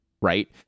right